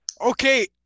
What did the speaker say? Okay